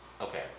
Okay